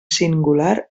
singular